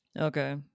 Okay